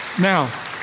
Now